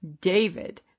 David